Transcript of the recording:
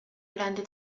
grande